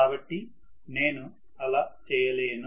కాబట్టి నేను అలా చేయలేను